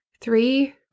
three